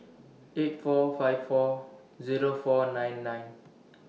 eight four five four Zero four nine nine